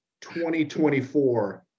2024